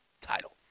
title